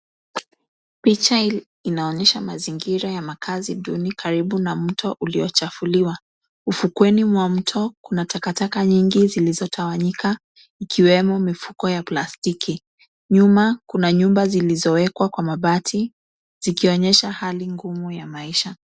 Picha hii inaonyesha mzingira ya makazi duni karibu na mto uliochafuliwa. Ufukweni mwa mto kuna takataka nyingi zilizotawanyika ikiwemo mifuko ya plastiki. Nyuma kuna nyumba zilizowekwa kwa mabati zikionyesha hali ngumu ya maisha.